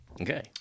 Okay